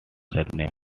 surname